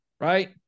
right